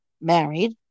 married